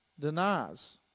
denies